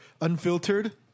unfiltered